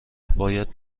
باید